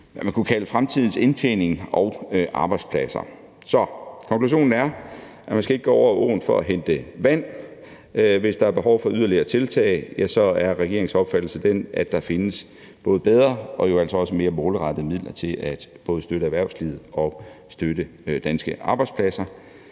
man kunne kalde fremtidens indtjening og arbejdspladser. Så konklusionen er, at man ikke skal gå over åen for at hente vand. Hvis der er behov for yderligere tiltag, er regeringens opfattelse den, at der findes både bedre og jo altså også mere målrettede midler til både at støtte erhvervslivet og at støtte danske arbejdspladser,